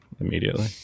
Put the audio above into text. immediately